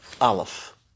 Aleph